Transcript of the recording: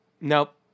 Nope